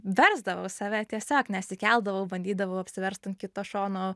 versdavau save tiesiog nesikeldavau bandydavau apsiverst ant kito šono